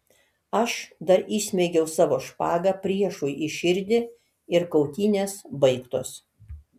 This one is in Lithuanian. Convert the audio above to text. aš dar įsmeigiau savo špagą priešui į širdį ir kautynės baigtos